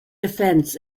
offense